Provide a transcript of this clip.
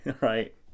Right